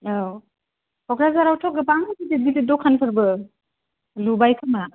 औ क'क्राझारावथ गोबां गिदिर गिदिर दखानफोरबो लुबाय खोमा